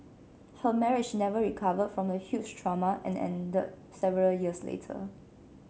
her marriage never recovered from the huge trauma and ended several years later